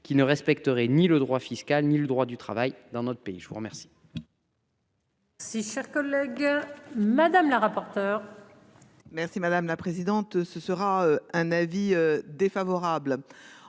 qui ne respecteraient ni le droit fiscal, ni le droit du travail dans notre pays, je vous remercie.